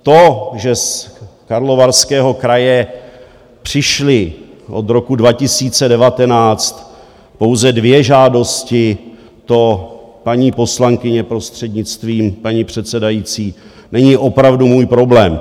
To, že z Karlovarského kraje přišly od roku 2019 pouze dvě žádosti, to, paní poslankyně, prostřednictvím paní předsedající, není opravdu můj problém.